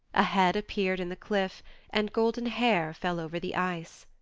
a head appeared in the cliff and golden hair fell over the ice.